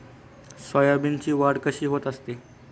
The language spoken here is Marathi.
सोयाबीनची वाढ कशी होत असते?